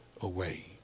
away